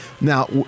Now